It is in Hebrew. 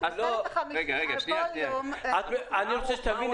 על כל יום --- אני רוצה שתביני,